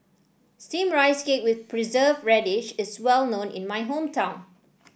steamed Rice Cake with preserve radish is well known in my hometown